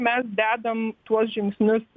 mes dedam tuos žingsnius